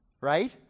right